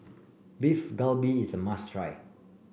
Beef Galbi is a must try